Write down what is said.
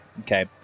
Okay